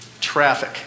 traffic